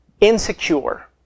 Insecure